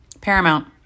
Paramount